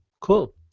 cool